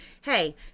hey